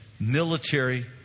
military